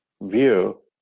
view